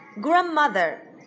grandmother